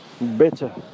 better